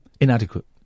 inadequate